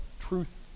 truth